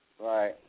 Right